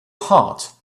heart